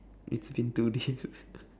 it's been two days